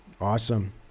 Awesome